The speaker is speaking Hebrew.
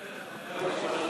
נוראה.